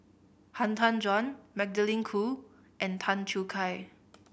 Han Tan Juan Magdalene Khoo and Tan Choo Kai